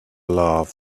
love